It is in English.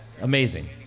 Amazing